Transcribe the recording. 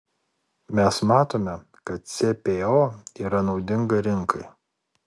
mes matome kad cpo yra naudinga rinkai